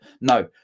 No